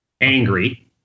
Angry